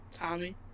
Tommy